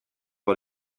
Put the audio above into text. war